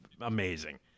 amazing